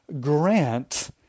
grant